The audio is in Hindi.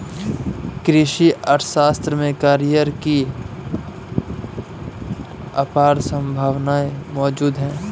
कृषि अर्थशास्त्र में करियर की अपार संभावनाएं मौजूद है